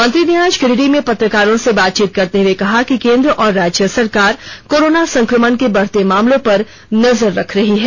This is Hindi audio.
मंत्री ने आज गिरिडीह में पत्रकारों से बातचीत करते हुए कहा कि केंद्र और राज्य सरकार कोरोना संकमण के बढ़ते मामलों पर नजर रख रही है